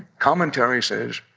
commentary says,